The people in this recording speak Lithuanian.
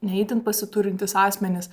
ne itin pasiturintys asmenys